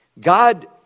God